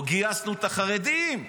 לא גייסנו את החרדים.